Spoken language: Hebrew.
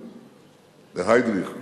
בהיידריך,